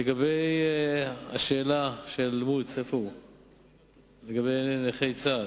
לגבי השאלה של מוץ, לגבי נכי צה"ל,